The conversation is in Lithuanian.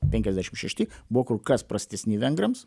penkiasdešim šešti buvo kur kas prastesni vengrams